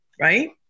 right